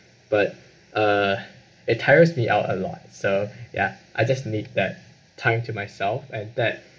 but uh it tires me out a lot so ya I just need that time to myself and that